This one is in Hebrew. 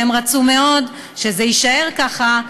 והן רצו מאוד שזה יישאר ככה,